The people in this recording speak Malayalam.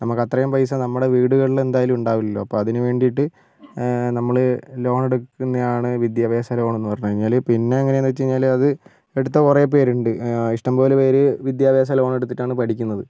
നമുക്കത്രയും പൈസ നമ്മുടെ വീടുകളിൽ എന്തായാലും ഉണ്ടാവില്ലല്ലോ അപ്പോൾ അതിന് വേണ്ടിയിട്ട് നമ്മൾ ലോൺ എടുക്കുന്നെയാണ് വിദ്യാഭ്യാസ ലോൺ എന്ന് പറഞ്ഞുകഴിഞ്ഞാൽ പിന്നെങ്ങനെന്ന് വെച്ചുകഴിഞ്ഞാൽ അത് എടുത്ത കുറെപ്പേരുണ്ട് ഇഷ്ടംപോലെ പേർ വിദ്യാഭ്യാസ ലോൺ എടുത്തിട്ടാണ് പഠിക്കുന്നത്